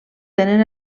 tenen